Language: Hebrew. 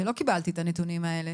ולא קיבלתי את הנתונים האלה.